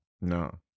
No